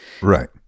Right